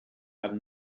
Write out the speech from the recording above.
have